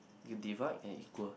you divide and equal